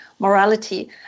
morality